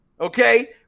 okay